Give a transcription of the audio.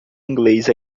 inglês